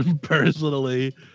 personally